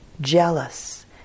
jealous